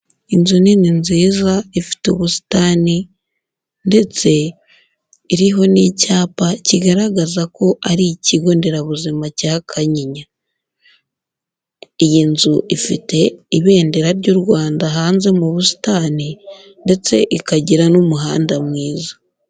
Inzu nini, nziza, ifite ubusitani ndetse iriho n'icyapa kigaragaza ko ari ikigo nderabuzima cya Kanyinya. Iyi nzu ifite ibendera ry'u Rwanda hanze mu busitani ndetse ikagira n'umuhanda mwiza.